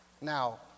Now